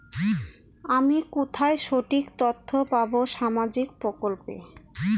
আমি কোথায় সঠিক তথ্য পাবো সামাজিক প্রকল্পের?